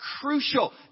crucial